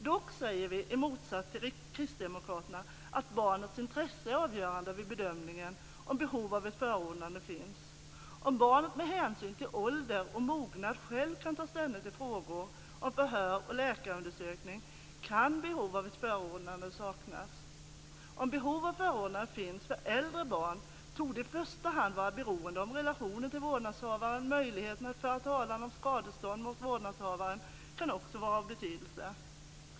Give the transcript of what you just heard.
Dock säger vi, i motsats till Kristdemokraterna, att barnets intresse är avgörande vid bedömningen om behov av ett förordnande finns. Om barnet med hänsyn till ålder och mognad själv kan ta ställning till frågor om förhör och läkarundersökning kan behov av ett förordnande saknas. Om behov av förordnande finns för äldre barn torde i första hand vara beroende av relationen till vårdnadshavaren. Möjligheten att föra talan om skadestånd mot vårdnadshavaren kan också vara av betydelse.